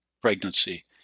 pregnancy